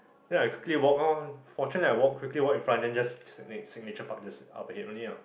then I quickly walk ah fortunately I walk quickly walk in front then just signature park just up ahead only ah